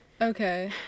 Okay